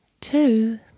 Two